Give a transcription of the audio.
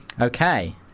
Okay